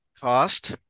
cost